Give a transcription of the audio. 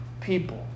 people